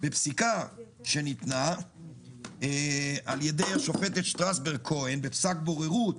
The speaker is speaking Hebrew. ובפסיקה שניתנה על-ידי השופטת שטרסברג-כהן בפסק בוררות